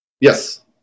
Yes